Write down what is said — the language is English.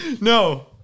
no